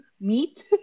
meat